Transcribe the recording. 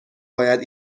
باید